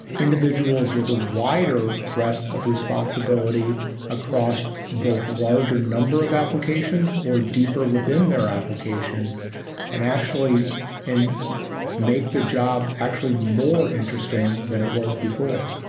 individuals with a wider breadth of responsibility across both larger number of applications or deeper within their application and and make the job actually more interesting than it was before.